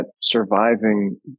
surviving